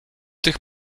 tych